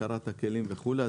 הכרת הכלים וכולי.